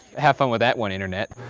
have fun with that one, internet.